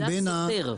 מידע סותר.